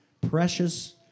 precious